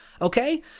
okay